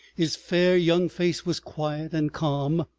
his fair young face was quiet and calm,